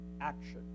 action